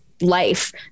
life